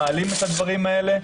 מעלים את הדברים האלה,